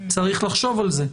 צריך לחשוב על זה.